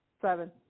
seven